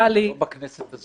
לא בכנסת הזאת.